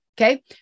Okay